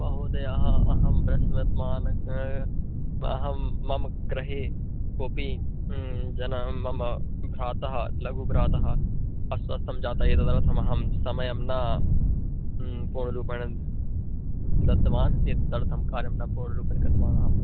महोदयः अहं द्रश्वत् मान् अहं मम गृहे कोपि जनः मम भ्रातः लघुभ्रातः अस्वस्थः जातः एतदर्थमहं समयं न पूर्णरूपेण दत्तवान् एतदर्थं कार्यं न पूर्णरूपेण कृतवानहम्